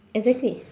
exactly